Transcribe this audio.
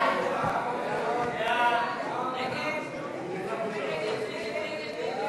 סעיפים 15